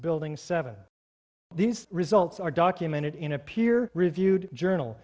building seven but these results are documented in a peer reviewed journal